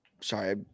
sorry